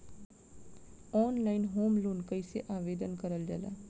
Online home loan कैसे आवेदन करल जा ला?